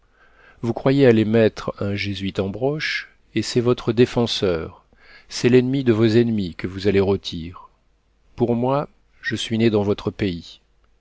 vous croyez aller mettre un jésuite en broche et c'est votre défenseur c'est l'ennemi de vos ennemis que vous allez rôtir pour moi je suis né dans votre pays